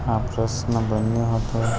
આ પ્રશ્ન બન્યો હતો